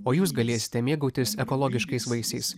o jūs galėsite mėgautis ekologiškais vaisiais